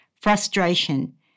frustration